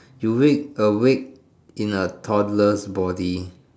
during a week in a toddler's body